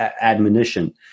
admonition